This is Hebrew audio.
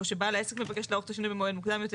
או שבעל העסק מבקש לערוך את השינוי במועד מוקדם יותר